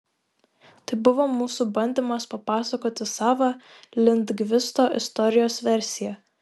tai buvo mūsų bandymas papasakoti savą lindgvisto istorijos versiją